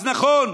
אז נכון,